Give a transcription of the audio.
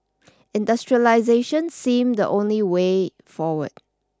industrialisation seemed the only way forward